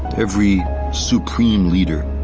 every supreme leader.